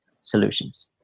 solutions